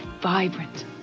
vibrant